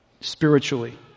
spiritually